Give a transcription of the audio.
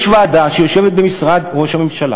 יש ועדה שיושבת במשרד ראש הממשלה